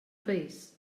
país